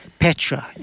Petra